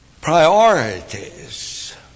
Priorities